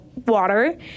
Water